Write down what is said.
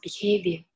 behavior